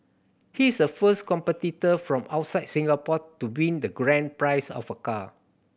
he is a first competitor from outside Singapore to win the grand prize of a car